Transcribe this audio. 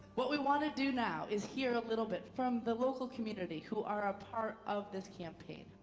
what we wanna do now is hear a little bit from the local community who are a part of this campaign.